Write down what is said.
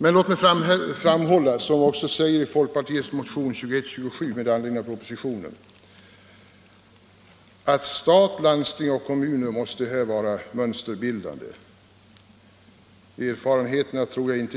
Men jag skulle vilja framhålla — det säger vi också i folkpartiets motion 2127 med anledning av propositionen — att stat, landsting och kommuner här måste vara mönsterbildande. Erfarenheterna